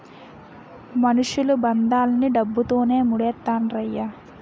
మనుషులు బంధాలన్నీ డబ్బుతోనే మూడేత్తండ్రయ్య